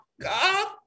God